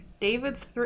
David's